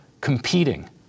competing